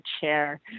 chair